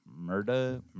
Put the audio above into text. Murda